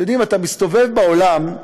אתה מסתובב בעולם,